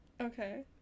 Okay